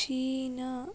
China